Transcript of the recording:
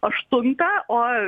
aštuntą o